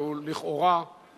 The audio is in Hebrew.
והוא לכאורה חיזק